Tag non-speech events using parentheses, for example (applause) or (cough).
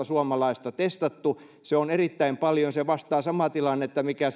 (unintelligible) suomalaista testattu se on erittäin paljon se vastaa samaa tilannetta mikä (unintelligible)